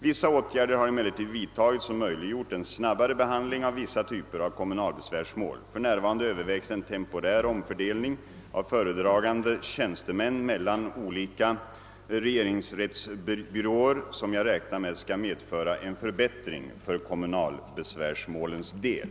Vissa åtgärder har emellertid vidtagits som möjliggjort en snabbare behandling av vissa typer av kommunalbesvärsmål. För närvarande övervägs en temporär omfördelning av föredragande tjänstemän mellan olika regeringsrättsbyråer som jag räknar med skall medföra en förbättring för kommunalbesvärsmålens del.